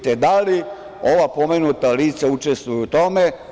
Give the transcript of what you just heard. Te, da li ova pomenuta lica učestvuju u tome?